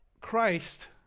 Christ